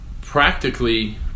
Practically